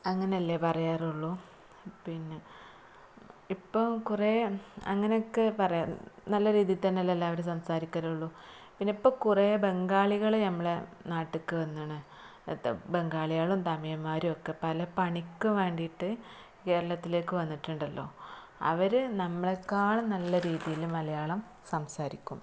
അങ്ങനെയല്ലെ പറയാറുള്ളു പിന്നെ ഇപ്പം കുറേ അങ്ങനെയൊക്കെ പറയാൻ നല്ല രീതിയിൽത്തന്നെയല്ലേ എല്ലാവരും സംസാരിക്കലുള്ളു പിന്നിപ്പം കുറെ ബെങ്കാളികൾ ഞമ്മളെ നാട്ടിലേക്കു വന്ന്ണ് എത ബങ്കാളികളും തമിഴന്മാരുമൊക്കെ പല പണിക്ക് വേണ്ടിയിട്ട് കേരളത്തിലേക്ക് വന്നിട്ടുണ്ടല്ലോ അവര് നമ്മളെക്കാളും നല്ല രീതീല് മലയാളം സംസാരിക്കും